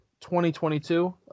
2022